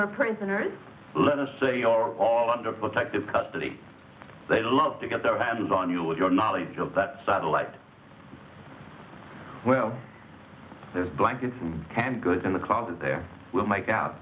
they're prisoners let us say are all under protective custody they love to get their hands on you with your knowledge of that satellite well there's blankets and canned goods in the closet there will make out